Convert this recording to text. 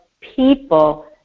people